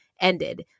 ended